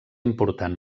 important